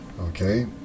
okay